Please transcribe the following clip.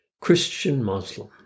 Christian-Muslim